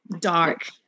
Dark